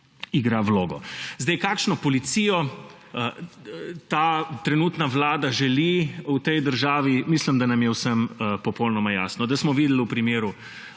igra vlogo. Zdaj, kakšno policijo ta trenutna vlada želi v tej državi, mislim, da nam je vsem popolnoma jasno, da smo videli v primeru